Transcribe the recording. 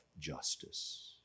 justice